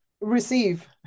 receive